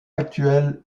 actuel